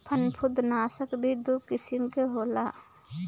फंफूदनाशक भी दू किसिम के होला